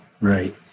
right